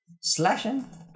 Slashing